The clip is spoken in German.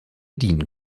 dienen